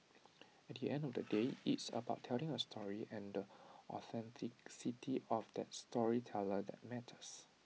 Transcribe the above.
at the end of the day it's about telling A story and the authenticity of that storyteller that matters